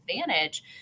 advantage